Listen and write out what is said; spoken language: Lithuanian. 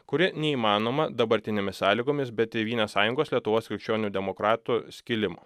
kuri neįmanoma dabartinėmis sąlygomis be tėvynės sąjungos lietuvos krikščionių demokratų skilimo